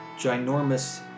ginormous